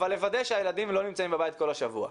לוודא שהילדים לא נמצאים בבית כל השבוע.